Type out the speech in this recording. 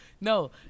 No